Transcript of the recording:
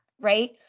right